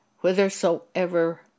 whithersoever